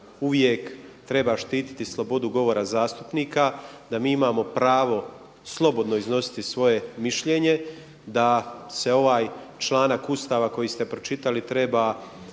uvijek treba štiti slobodu govora zastupnika, da mi imamo pravo slobodno iznositi svoje mišljenje, da se ovaj članak Ustava koji ste pročitali treba